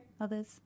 others